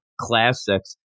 classics